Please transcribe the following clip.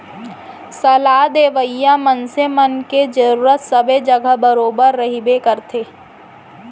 सलाह देवइया मनसे मन के जरुरत सबे जघा बरोबर रहिबे करथे